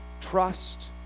trust